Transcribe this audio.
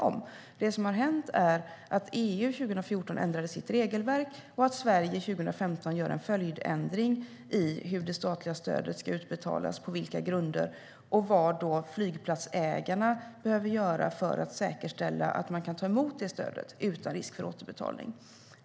Det som har hänt är att EU 2014 ändrade sitt regelverk och att Sverige 2015 gör en följdändring i hur och på vilka grunder det statliga stödet ska utbetalas och vad flygplatsägarna behöver göra för att säkerställa att man kan ta emot det stödet utan risk för återbetalning.